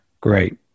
Great